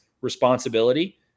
responsibility